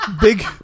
big